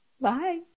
Bye